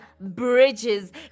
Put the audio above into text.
bridges